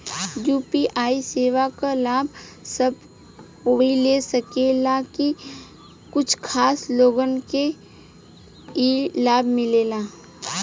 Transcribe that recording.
UPI सेवा क लाभ सब कोई ले सकेला की कुछ खास लोगन के ई लाभ मिलेला?